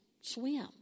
swim